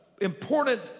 important